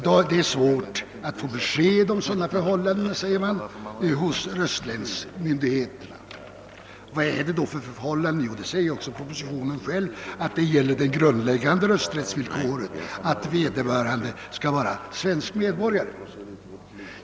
Det är svårt för röstlängdsmyndigheterna att få besked om sådana förhållanden, säger man. Vilka är då dessa förhållanden? Jo, i propositionen säger man att det främst gäller det grundläggande rösträttsvillkoret, nämligen att vederbörande skall vara svensk medborgare.